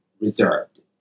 reserved